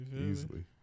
easily